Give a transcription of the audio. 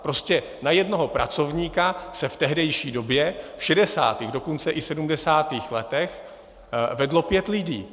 Prostě na jednoho pracovníka se v tehdejší době, v 60., dokonce i v 70. letech vedlo pět lidí.